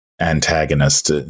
antagonist